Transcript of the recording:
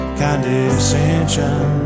condescension